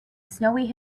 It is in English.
snowy